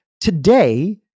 today